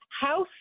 House